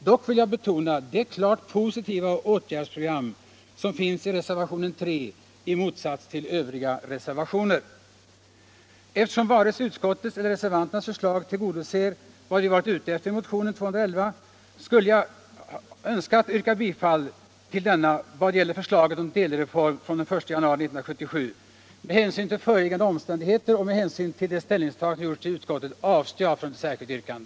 Dock vill jag betona att reservationen 3 i motsats till övriga reservationer innehåller ett klart positivt åtgärdsprogram. Eftersom varken utskottets eller reservanternas förslag tillgodoser vad vi varit ute efter i motionen 2211 borde jag ha yrkat bifall till denna vad beträffar förslaget om en delreform från den 1 januari 1977. Med hänsyn till föreliggande omständigheter och med hänsyn till utskottets ställningstagande avstår jag emellertid från att ställa något yrkande.